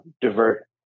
divert